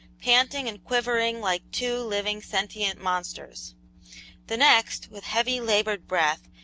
panting and quivering like two living, sentient monsters the next, with heavy, labored breath,